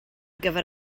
gyfer